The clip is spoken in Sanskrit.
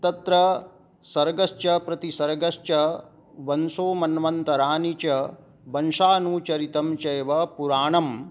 तत्र सर्गश्च प्रतिसर्गश्च वंशो मन्वन्तराणि च वंशानुचरितञ्चैव पुराणम्